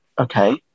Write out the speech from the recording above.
okay